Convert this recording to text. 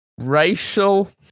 Racial